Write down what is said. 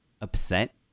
upset